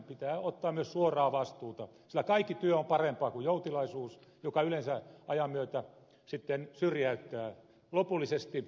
pitää ottaa myös suoraa vastuuta sillä kaikki työ on parempaa kuin joutilaisuus joka yleensä ajan myötä syrjäyttää lopullisesti